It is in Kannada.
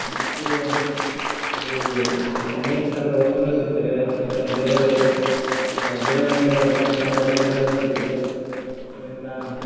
ಮತ್ತು ಅಲ್ಲಿ ಈ ಅನೇಕ ಥರದ ವಸ್ತುಗಳು ಸಿಗುತ್ತವೆ ಬೇರೆ ಬೇರೆ ಗಿಡಗಳಿಂದ ಗಂಧ ಶ್ರೀಗಂಧ ಸಿಕ್ತದೆ ಆಮ್ಯಾಕ